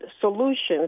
solutions